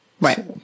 right